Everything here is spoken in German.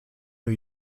new